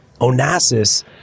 Onassis